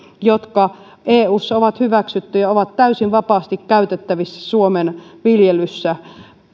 jotka eussa ovat hyväksyttyjä ovat täysin vapaasti käytettävissä suomen viljelyssä